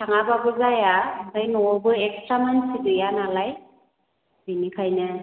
थाङा बाबो जाया ओमफाय न'आवबो एखस्रा मानसि गैया नालाय बेनिखायनो